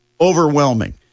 overwhelming